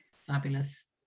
Fabulous